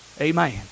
Amen